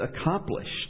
accomplished